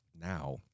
now